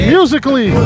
Musically